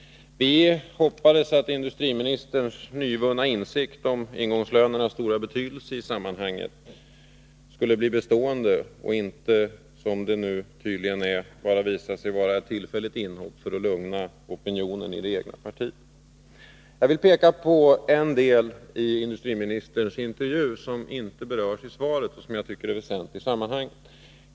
Vi hoppades att industriministerns nyvunna insikt om ingångslönernas stora betydelse i sammanhanget skulle bli bestående och inte, som tydligen är fallet, bara vara ett tillfälligt inhopp för att lugna opinionen i det egna partiet. Jag vill peka på en del i tidningsintervjun med industriministern som inte berörs i svaret men som jag tycker är väsentlig i sammanhanget.